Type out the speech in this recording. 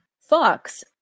Fox